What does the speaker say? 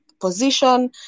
position